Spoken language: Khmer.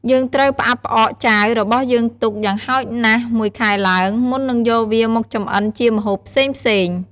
យើងត្រូវផ្អាប់់ផ្អកចាវរបស់យើងទុក យ៉ាងហោចណាស់មួយខែឡើង មុននឹងយកវាមកចម្អិនជាម្ហូបផ្សេងៗ។